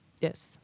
Yes